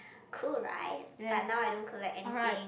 cool right but now I don't collect anything